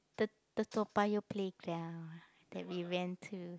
the the Toa-Payoh playground that we went to